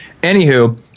Anywho